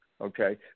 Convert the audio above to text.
okay